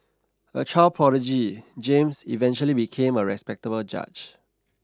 a child prodigy James eventually became a respectable judge